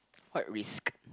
quite risk